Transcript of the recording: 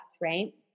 right